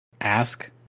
ask